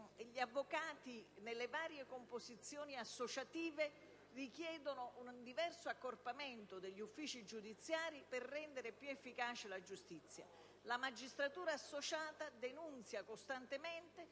gli avvocati, nelle varie composizioni associative, richiedono un diverso accorpamento degli uffici giudiziari per rendere più efficace la giustizia; la magistratura associata denuncia costantemente